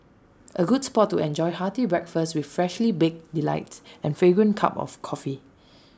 A good spot to enjoy hearty breakfast with freshly baked delights and fragrant cup of coffee